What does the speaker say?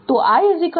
तो i 0